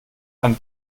ein